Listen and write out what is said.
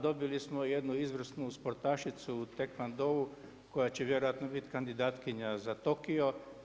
Dobili smo jednu izvrsnu sportašicu u taekwondou koja će vjerojatno bit kandidatkinja za Tokio.